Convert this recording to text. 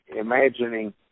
imagining